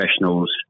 professionals